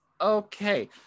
okay